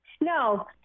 No